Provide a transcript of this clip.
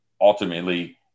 Ultimately